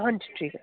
ਹਾਂਜੀ ਠੀਕ ਆ